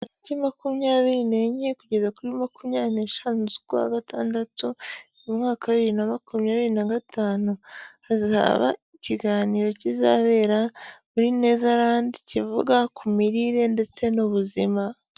Tariki makumyabiri n' enye kugeza kuri makumyabiri n n' eshanu zu kwa gatandatu mu mwaka wa bibiri na makumyabiri na gatanu hazaba ikiganiro kizabera muri Netherland kivuga ku mirire ndetse n'ubuzima.